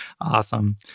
Awesome